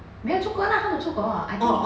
没有出国啦 how to 出国 I think